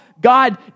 God